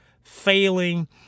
failing